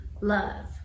love